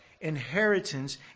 Inheritance